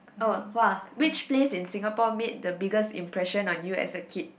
oh !wah! which place in Singapore made the biggest impression on you as a kid